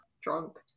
Drunk